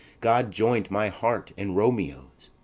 god join'd my heart and romeo's,